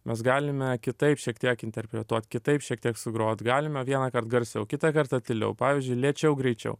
mes galime kitaip šiek tiek interpretuot kitaip šiek tiek sugrot galime vienąkart garsiau kitą kartą tyliau pavyzdžiui lėčiau greičiau